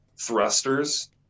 thrusters